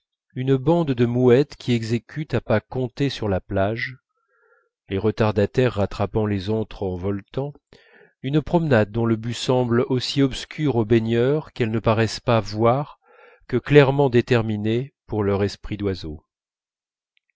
une bande de mouettes qui exécute à pas comptés sur la plage les retardataires rattrapant les autres en voletant une promenade dont le but semble aussi obscur aux baigneurs qu'elles ne paraissent pas voir que clairement déterminé pour leur esprit d'oiseaux